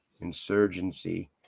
insurgency